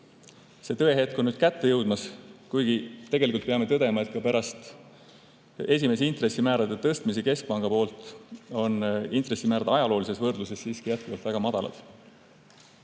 See tõehetk on nüüd kätte jõudmas. Kuigi tegelikult peame tõdema, et pärast esimest intressimäärade tõstmist keskpanga poolt on intressimäärad ajaloolises võrdluses jätkuvalt väga madalad.